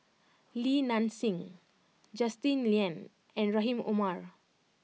Li Nanxing Justin Lean and Rahim Omar